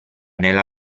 nella